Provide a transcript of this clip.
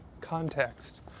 context